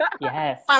Yes